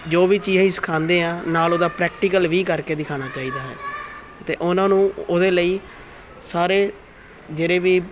ਜੋ ਵੀ ਚੀਜ਼ ਅਸੀਂ ਸਿਖਾਉਂਦੇ ਹਾਂ ਨਾਲ ਉਹਦਾ ਪ੍ਰੈਕਟੀਕਲ ਵੀ ਕਰਕੇ ਦਿਖਾਉਣਾ ਚਾਹੀਦਾ ਹੈ ਅਤੇ ਉਹਨਾਂ ਨੂੰ ਉਹਦੇ ਲਈ ਸਾਰੇ ਜਿਹੜੇ ਵੀ